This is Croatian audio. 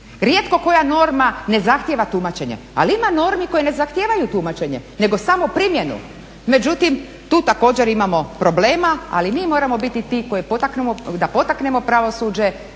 Rijetko koja norma ne zahtjeva tumačenje, ali ima normi koje ne zahtijevaju tumačenje, nego samo primjenu. Međutim, tu također imamo problema, ali mi moramo biti ti da potaknemo pravosuđe,